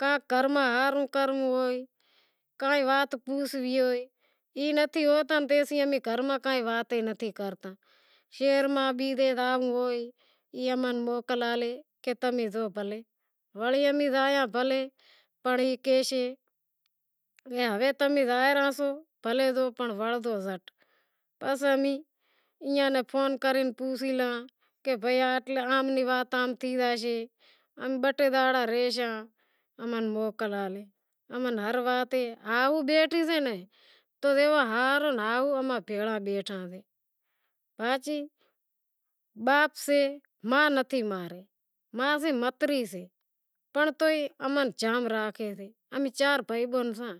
کا گھر میں کام کرنڑو ہوئے، کائیں وات پوسنڑی ہوئے، ای نتھی ہوتا تو امیں گھر میں کائیں وات نتھی کرتا شہر میں کتھے زانوڑو ہوئے ای کن امیں موکل ہالے کہ تمیں زائو بھلیں وڑی امیں زائوں پنڑ ای کہیشے کہ ہوے تمیں ایئاں ناں فون کرے پوسے لو کہ ماں نیں موکل ہلو، باپ سے ماں ناں سے ماری، ماں سے پنڑ ماتیلی چار بھائی سے اماں را